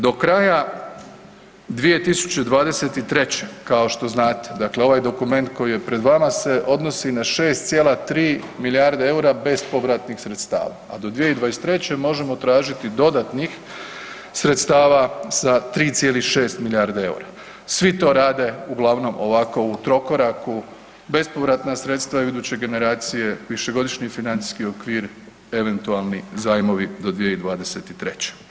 Do kraja 2023. kao što znate, dakle ovaj dokument koji je pred vama se odnosi na 6,3 milijarde eura bespovratnih sredstava a do 2023. možemo tražiti dodatnih sredstava sa 3,6 milijarde eura, svi to rade uglavnom ovako u trokoraku, bespovratna sredstva iduće generacije, višegodišnji financijski okvir, eventualni zajmovi do 2023.